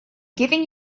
giving